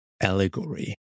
allegory